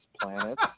planet